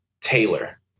Taylor